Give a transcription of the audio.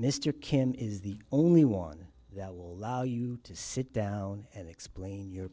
mr kim is the only one that will allow you to sit down and explain your